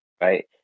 right